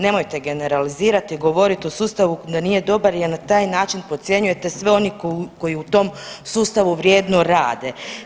Nemojte generalizirat i govorit o sustavu da nije dobar jer na taj način podcjenjujete sve one koji u tom sustavu vrijedno rade.